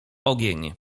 ogień